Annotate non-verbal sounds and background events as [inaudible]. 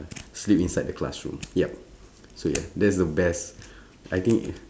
sleep inside the classroom yup so yeah that's the best [breath] I think ye~